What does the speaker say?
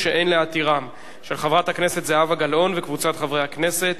של חבר הכנסת ברכה וקבוצת חברי הכנסת,